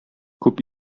күп